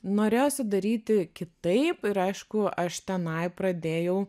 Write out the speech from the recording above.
norėjosi daryti kitaip ir aišku aš tenai pradėjau